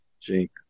Jake